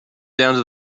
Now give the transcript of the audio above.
down